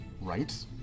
Right